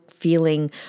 feeling